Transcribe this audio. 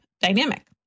dynamic